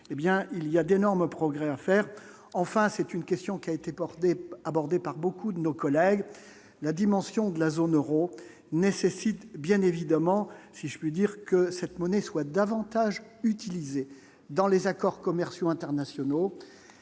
il y a d'énormes progrès à faire, enfin, c'est une question qui a été porté abordé par beaucoup de nos collègues, la dimension de la zone Euro nécessite bien évidemment, si je puis dire que cette monnaie soit davantage utilisé dans les accords commerciaux internationaux,